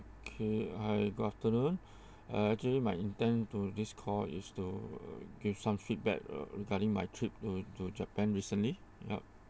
okay hi good afternoon uh actually my intend to this call is to give some feedback regarding my trip to to japan recently yup